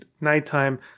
nighttime